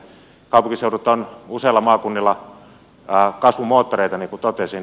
kaupunkiseudut ovat useilla maakunnilla kasvumoottoreita niin kuin totesin